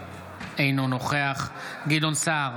אינו נוכח גדעון סער,